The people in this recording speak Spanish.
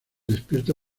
despierta